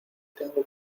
tengo